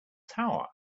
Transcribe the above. tower